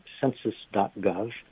census.gov